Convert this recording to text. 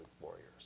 warriors